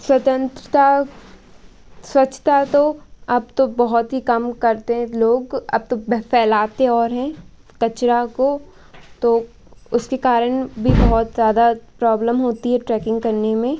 स्वतंत्रता स्वच्छता तो अब तो बहुत ही कम करते हैं लोग अब तो वह फै़लाते और हैं कचरा को तो उसके कारण भी बहुत ज़्यादा प्रॉब्लम होती है ट्रैकिंग करने में